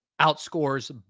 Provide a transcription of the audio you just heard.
outscores